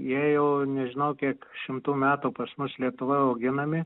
jie jau nežinau kiek šimtų metų pas mus lietuvoj auginami